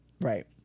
Right